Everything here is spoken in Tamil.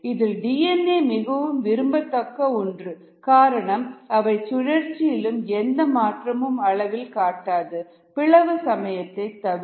இதில் டிஎன்ஏ மிகவும் விரும்பத்தக்க ஒன்று காரணம் அவை சுழற்சியிலும் எந்த மாற்றமும் அளவில் காட்டாது பிளவு சமயத்தை தவிர